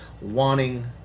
wanting